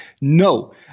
No